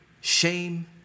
shame